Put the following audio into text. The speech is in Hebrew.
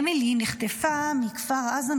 אמילי נחטפה מכפר עזה,